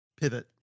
pivot